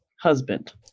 husband